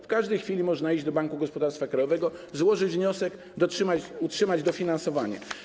W każdej chwili można iść do Banku Gospodarstwa Krajowego, złożyć wniosek i otrzymać dofinansowanie.